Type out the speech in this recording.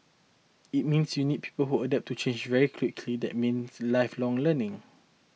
it means you need people who adapt to change very quickly that means lifelong learning